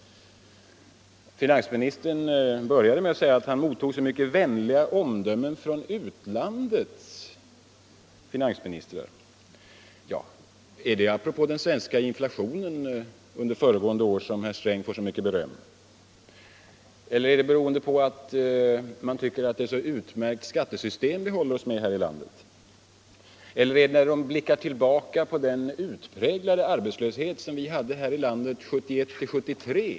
Finansministern började med att säga att han mottar så mycket vänliga omdömen från utlandets finansministrar. Är det för den svenska inflationen under föregående år som herr Sträng får så mycket beröm? Eller är det för att man tycker att det är ett så utmärkt skattesystem vi håller oss med här i landet? Eller är det för den utpräglade arbetslöshet som rådde här i landet 1971-1973?